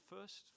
first